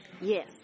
Yes